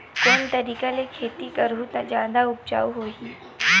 कोन तरीका ले खेती करहु त जादा उपज होही?